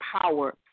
power